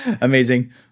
amazing